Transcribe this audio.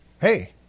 hey